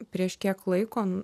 prieš kiek laiko